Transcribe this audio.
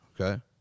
Okay